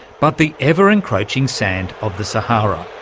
but the ever encroaching sand of the sahara.